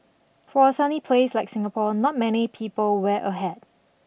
for a sunny place like Singapore not many people wear a hat